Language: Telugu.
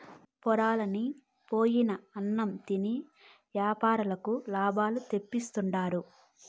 పొరలన్ని పోయిన అన్నం తిని యాపారులకు లాభాలు తెప్పిస్తుండారు